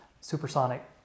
supersonic